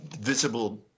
visible